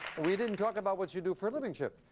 we didn't talk about what you do for a living, chip?